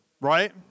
Right